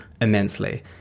immensely